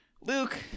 Luke